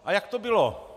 A jak to bylo?